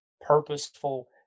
purposeful